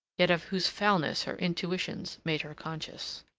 yet of whose foulness her intuitions made her conscious.